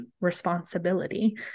responsibility